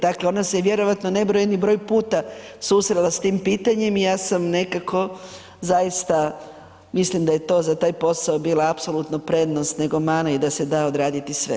Dakle, ona se vjerojatno nebrojeni broj puta susrela sa tim pitanjem i ja sam nekako zaista mislim da je to za taj posao bila apsolutno prednost nego mana i da se da odraditi sve.